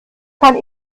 kann